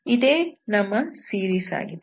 ಇದೇ ನಮ್ಮ ಸೀರೀಸ್ ಆಗಿದೆ